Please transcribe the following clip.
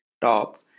top